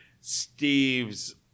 Steve's